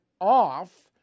off